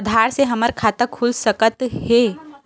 आधार से हमर खाता खुल सकत हे?